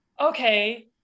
okay